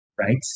right